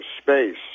space